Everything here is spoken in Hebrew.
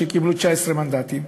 קיבלו 19 מנדטים,